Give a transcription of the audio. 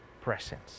presence